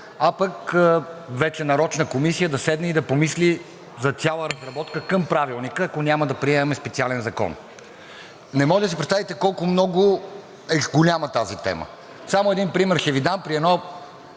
а пък вече нарочна комисия да седне и да помисли за цяла разработка към Правилника, ако няма да приемаме специален закон. Не може да си представите колко е голяма тази тема. Само един пример ще Ви дам – при един